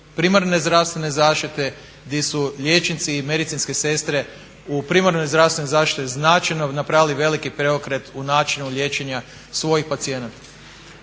primarne zdravstvene zaštite gdje su liječnici i medicinske sestre u primarnoj zdravstvenoj zaštiti značajno napravili veliki preokret u načinu liječenja svojih pacijenata.